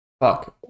Fuck